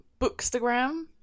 bookstagram